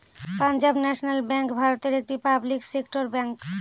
Punjab national bank ভারতের একটি public sector bank